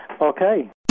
Okay